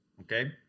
okay